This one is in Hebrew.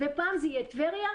פעם זה יהיה טבריה,